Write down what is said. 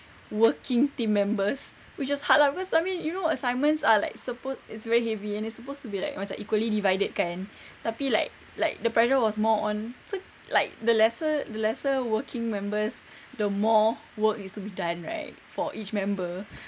working team members which was hard lah cause I mean you know assignments are like supposed it's very heavy and it's supposed to be like macam equally divided kan tapi like like the pressure was more on like the lesser lesser working members the more work needs to be done right for each member